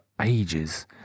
ages